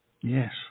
Yes